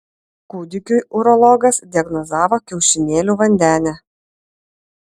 kūdikiui urologas diagnozavo kiaušinėlių vandenę